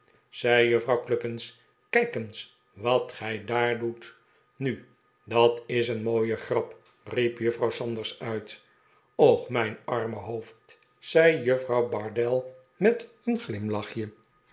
zei juffrouw cluppins kijk eens wat gij daar doet nu dat is een mooie grap riep jufr frouw sanders uit och mijn arme hoofd zei juffrouw bardell met een glimlachje